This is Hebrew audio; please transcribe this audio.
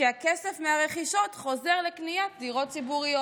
הוא שהכסף מהרכישות חוזר לקניית דירות ציבוריות.